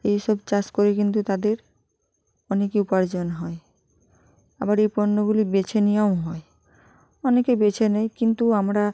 এই সব চাষ করে কিন্তু তাদের অনেকেই উপার্জন হয় আবার এই পণ্যগুলি বেছে নেওয়াও হয় অনেকে বেছে নেয় কিন্তু আমরা